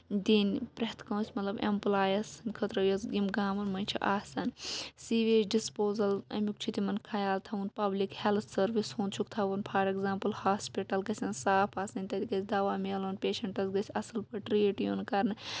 دِنۍ پرٮ۪تھ کٲنٛسہِ مَطلَب ایٚمپلایَس خٲطرٕ یِم گامَن مَنٛز چھِ آسان سیٖویج ڈِسپوزَل امیُک چھُ تِمَن خَیال تھاوُن پَبلِک ہیٚلتھ سٔروِس ہُنٛد چھُکھ تھاوُن فار ایٚگزامپٕل ہاسپٹَل گَژھن صاف آسٕنۍ تَتہٕ گَژھِ دَوا میلُن پیشَنٹَس گَژھِ اصٕل پٲٹھۍ ٹریٖٹ یُن کَرنہٕ